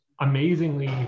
amazingly